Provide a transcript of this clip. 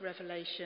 Revelation